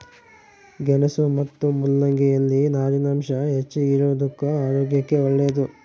ಗೆಣಸು ಮತ್ತು ಮುಲ್ಲಂಗಿ ಯಲ್ಲಿ ನಾರಿನಾಂಶ ಹೆಚ್ಚಿಗಿರೋದುಕ್ಕ ಆರೋಗ್ಯಕ್ಕೆ ಒಳ್ಳೇದು